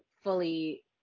fully